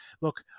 look